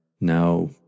now